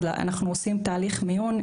אנחנו עושים תהליך מיון,